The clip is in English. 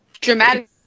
Dramatic